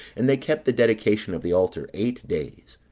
and they kept the dedication of the altar eight days,